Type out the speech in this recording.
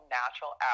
natural